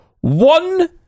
one